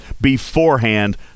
beforehand